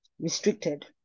restricted